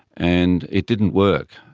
and it didn't work.